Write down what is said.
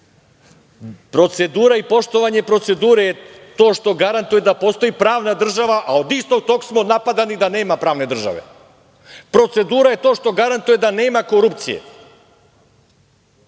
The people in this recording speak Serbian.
Procedura i poštovanje procedure je to što garantuje da postoji pravna država, a od istog tog smo napadani da nema pravne države. Procedura je to što garantuje da nema korupcije